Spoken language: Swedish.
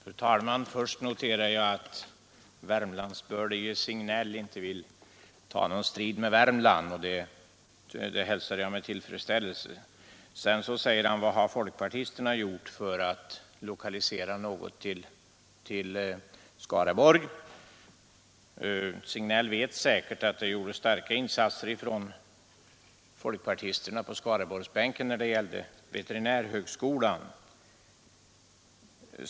Fru talman! Först noterar jag att den Värmlandsbördige herr Signell inte vill ta någon strid med Värmland, och det hälsar jag med tillfredsställelse. Men sedan frågar han: Vad har folkpartisterna gjort för att lokalisera något till Skaraborg? Herr Signell vet säkert att det gjordes starka insatser av folkpartisterna på Skaraborgsbänken när det gällde veterinärhögskolan.